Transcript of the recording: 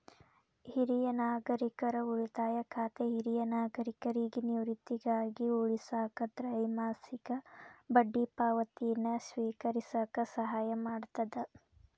ಹಿರಿಯ ನಾಗರಿಕರ ಉಳಿತಾಯ ಖಾತೆ ಹಿರಿಯ ನಾಗರಿಕರಿಗಿ ನಿವೃತ್ತಿಗಾಗಿ ಉಳಿಸಾಕ ತ್ರೈಮಾಸಿಕ ಬಡ್ಡಿ ಪಾವತಿನ ಸ್ವೇಕರಿಸಕ ಸಹಾಯ ಮಾಡ್ತದ